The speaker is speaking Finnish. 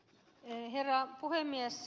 herra puhemies